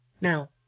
Now